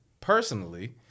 personally